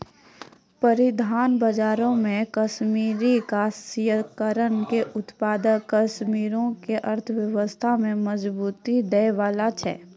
परिधान बजारो मे कश्मीरी काश्तकार के उत्पाद कश्मीरो के अर्थव्यवस्था में मजबूती दै बाला छै